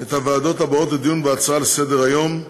את הוועדה לדיון בהצעות לסדר-היום,